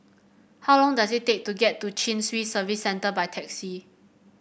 how long does it take to get to Chin Swee Service Centre by taxi